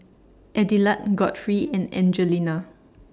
Adelard Godfrey and Angelina